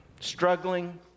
struggling